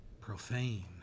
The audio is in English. Profane